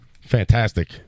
Fantastic